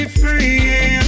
free